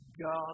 God